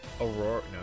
Aurora